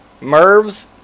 Mervs